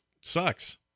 sucks